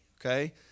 okay